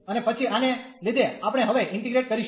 અને પછી આને લીધે આપણે હવે ઇન્ટીગ્રેટ કરીશું